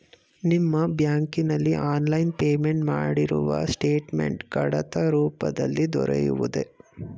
ನಿಮ್ಮ ಬ್ಯಾಂಕಿನಲ್ಲಿ online payment ಮಾಡಿರುವ ಸ್ಟೇಟ್ಮೆಂಟ್ ಕಡತ ರೂಪದಲ್ಲಿ ದೊರೆಯುವುದೇ?